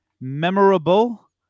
Memorable